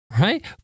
right